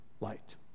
light